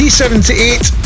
T78